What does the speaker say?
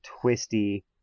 twisty